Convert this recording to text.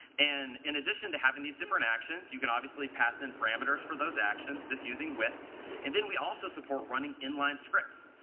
and in addition to having these different actions you can obviously pass and parameters for those actions just using with and then we also support running inline scripts.